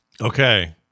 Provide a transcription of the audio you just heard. Okay